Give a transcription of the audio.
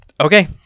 Okay